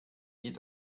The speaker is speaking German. geht